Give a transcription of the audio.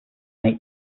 eight